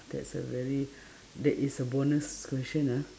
that's a very that is a bonus question ah